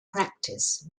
practice